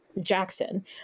Jackson